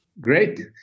Great